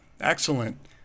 excellent